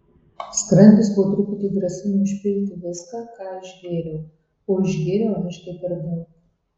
skrandis po truputį grasino išpilti viską ką išgėriau o išgėriau aiškiai per daug